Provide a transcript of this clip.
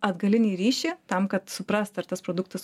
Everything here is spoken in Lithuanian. atgalinį ryšį tam kad suprast ar tas produktas